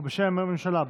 בשם הממשלה.